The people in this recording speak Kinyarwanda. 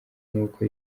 n’uko